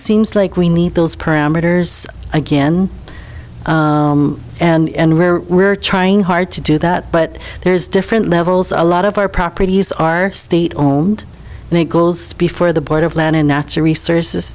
seems like we need those parameters again and where we're trying hard to do that but there's different levels a lot of our properties are state owned nichols before the board of land and natural resources